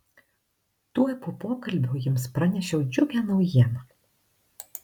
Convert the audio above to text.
tuoj po pokalbio jiems pranešiau džiugią naujieną